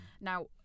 Now